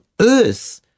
earth